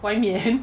外面